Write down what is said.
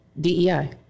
DEI